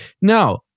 Now